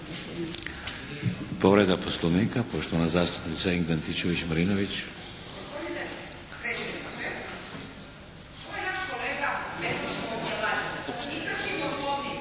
Povreda Poslovnika poštovana zastupnica Ingrid Antičević Marinović.